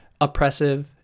oppressive